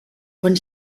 quan